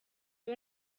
you